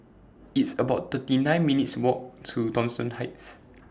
It's about thirty nine minutes' Walk to Thomson Heights